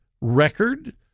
record